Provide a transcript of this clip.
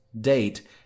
date